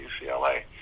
UCLA